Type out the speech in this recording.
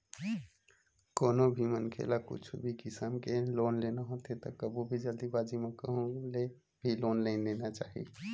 कोनो भी मनखे ल कुछु भी किसम के लोन लेना होथे त कभू भी जल्दीबाजी म कहूँ ले भी लोन नइ ले लेना चाही